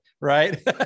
right